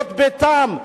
זה ביתם.